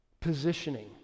positioning